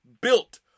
built